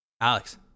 Alex